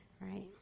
Right